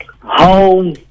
home